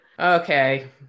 Okay